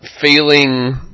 feeling